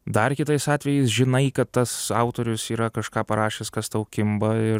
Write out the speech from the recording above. dar kitais atvejais žinai kad tas autorius yra kažką parašęs kas tau kimba ir